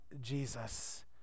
Jesus